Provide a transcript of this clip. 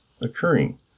occurring